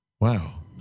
Wow